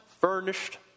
furnished